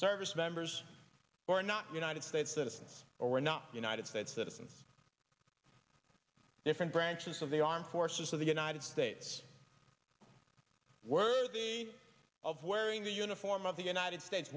service members were not united states citizens or were not united states citizens different branches of the armed forces of the united states worthy of wearing the uniform of the united states